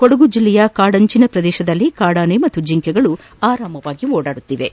ಕೊಡಗು ಜಿಲ್ಲೆಯ ಕಾನನದ ಅಂಚಿನ ಪ್ರದೇಶಗಳಲ್ಲಿ ಕಾಡಾನೆ ಹಾಗೂ ಜಿಂಕೆಗಳು ಆರಾಮವಾಗಿ ಓಡಾಡುತ್ತಿವೆ